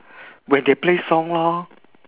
when they play song lor